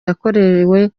yakorewe